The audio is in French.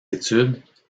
études